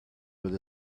with